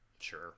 Sure